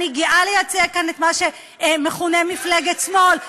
אני גאה לייצג כאן את מה שמכונה מפלגת שמאל.